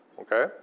Okay